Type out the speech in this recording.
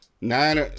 nine